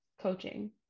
coaching